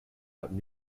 out